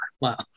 Wow